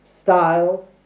style